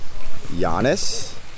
Giannis